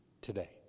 today